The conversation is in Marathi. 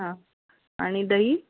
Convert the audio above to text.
हां आणि दही